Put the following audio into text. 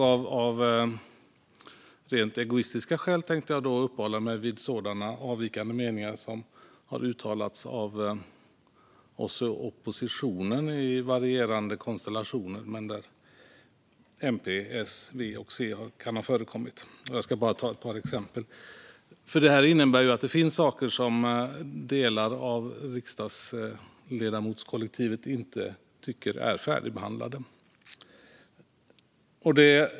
Av rent egoistiska skäl tänkte jag uppehålla mig vid avvikande meningar som har uttalats av oss i oppositionen i varierande konstellationer, där MP, S, V och C kan ha förekommit. Jag ska ta ett par exempel, för detta innebär ju att det finns saker som delar av riksdagsledamotskollektivet inte tycker är färdigbehandlade.